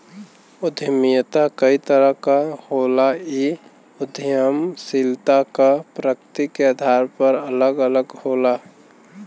उद्यमिता कई तरह क होला इ उद्दमशीलता क प्रकृति के आधार पर अलग अलग होला